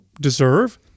deserve